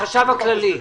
החשב הכללי,